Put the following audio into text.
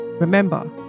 remember